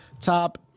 top